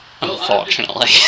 Unfortunately